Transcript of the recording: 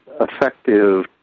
effective